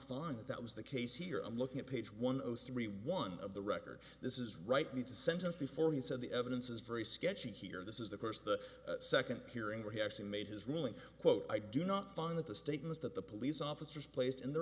that that was the case here i'm looking at page one of three one of the record this is right meet the sentence before he said the evidence is very sketchy here this is the first the second hearing where he actually made his ruling quote i do not find that the statements that the police officers placed in the